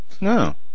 No